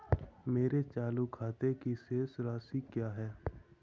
मेरे चालू खाते की शेष राशि क्या है?